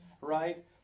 Right